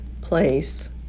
place